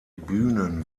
bühnen